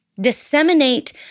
disseminate